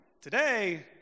today